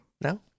No